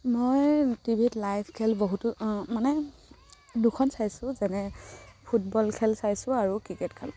মই টিভিত লাইভ খেল বহুতো মানে দুখন চাইছোঁ যেনে ফুটবল খেল চাইছোঁ আৰু ক্ৰিকেট খেল